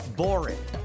boring